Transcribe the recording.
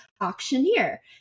Auctioneer